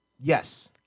yes